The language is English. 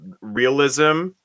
realism